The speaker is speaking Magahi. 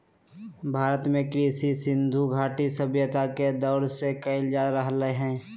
भारत में कृषि सिन्धु घटी सभ्यता के दौर से कइल जा रहलय हें